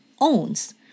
owns